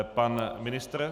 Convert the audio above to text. Pan ministr?